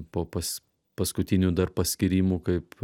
po pas paskutinių dar paskyrimų kaip